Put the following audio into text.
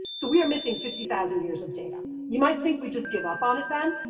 so we are missing fifty thousand years of data, you might think we just give up on it then.